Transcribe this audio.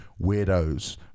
weirdos